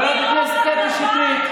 אתם לא מפסיקים לפחד.